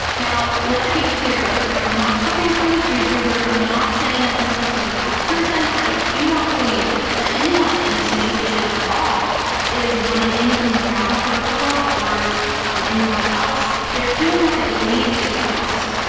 now, let it be clear that i'm not coming for this youtuber. i'm not saying that this person is a bad person. i do not believe that anyone in this situation at all is wanting anything bad for ella or anyone else. they're doing what they believe is best.